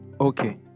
okay